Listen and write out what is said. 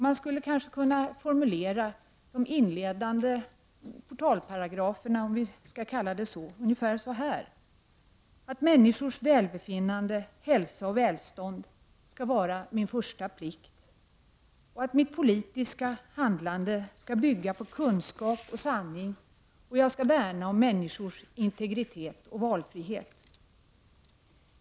Man kanske skulle kunna formulera de inledande portalparagraferna, om vi skall kalla det så, ungefär så här: Människors välbefinnande, hälsa och välstånd skall vara min första plikt. Mitt politiska handlande skall bygga på kunskap och sanning, och jag skall värna om människors integritet och valfrihet.